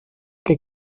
que